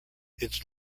its